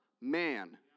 man